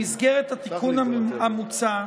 במסגרת התיקון המוצע